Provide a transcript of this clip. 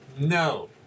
No